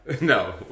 No